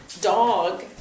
dog